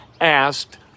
asked